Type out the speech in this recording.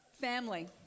Family